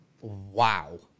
Wow